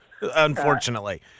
unfortunately